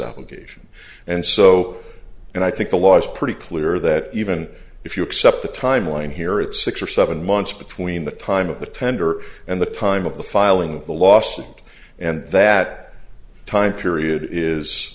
allegation and so and i think the law is pretty clear that even if you accept the timeline here it's six or seven months between the time of the tender and the time of the filing of the lawsuit and that time period is